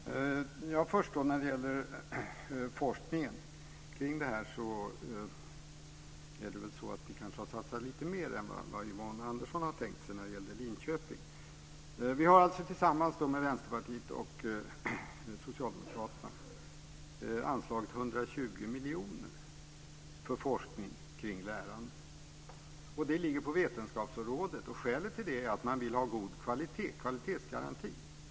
Fru talman! Först var det frågan om forskningen. Vi har kanske satsat lite mer än vad Yvonne Andersson hade tänkt sig i fråga om Linköping. Vi har tillsammans med Vänsterpartiet och Socialdemokraterna anslagit 120 miljoner kronor för forskning kring lärande. Det ligger på Vetenskapsrådet. Skälet är att man vill ha en kvalitetsgaranti.